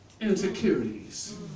Insecurities